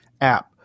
app